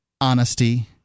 honesty